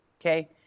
Okay